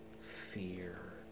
fear